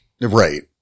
right